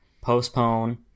postpone